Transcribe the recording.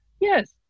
Yes